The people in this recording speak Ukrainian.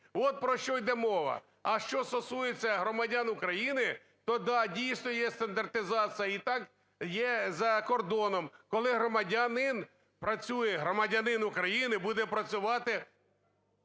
От про що іде мова. А що стосується громадян України, то, да, дійсно, є стандартизація, і так є за кордоном, коли громадянин працює, громадянин України буде працювати...